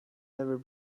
never